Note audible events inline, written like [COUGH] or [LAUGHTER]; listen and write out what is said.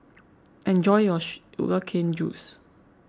[NOISE] enjoy your [UNINTELLIGIBLE] Sugar Cane Juice